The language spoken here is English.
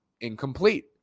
incomplete